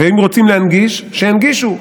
אם רוצים להנגיש, שינגישו.